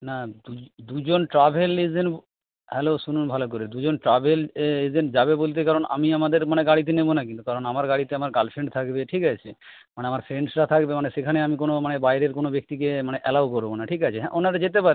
না দুজন travel agent hello শুনুন ভালো করে দুজন ট্রাভেল এজেন্ট যাবে বলতে কারণ আমি আমাদের মানে গাড়িতে নেব না কিন্তু কারণ আমার গাড়িতে আমার গার্লফ্রেন্ড থাকবে ঠিক আছে মানে আমার ফ্রেন্ডসরা থাকবে মানে সেখানে আমি কোনো মানে বাইরের কোনো ব্যক্তিকে মানে অ্যালাউ করব না ঠিক আছে হ্যাঁ ওনারা যেতে পারে